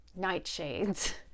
nightshades